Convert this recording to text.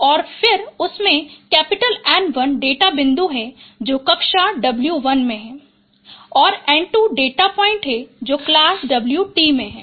और फिर उसमें N1 डेटा बिंदु हैं जो कक्षा w1 में हैं और N2 डेटा पॉइंट हैं जो क्लास w2 में हैं